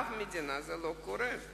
זה לא קורה באף מדינה.